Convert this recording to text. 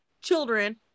children